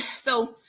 so-